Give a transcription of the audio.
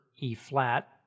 E-flat